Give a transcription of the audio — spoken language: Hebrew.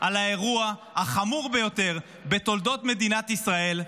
על האירוע החמור ביותר בתולדות מדינת ישראל,